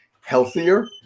healthier